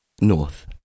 North